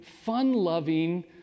fun-loving